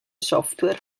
software